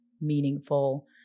meaningful